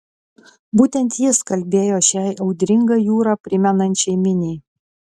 būtent jis kalbėjo šiai audringą jūrą primenančiai miniai